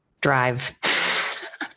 drive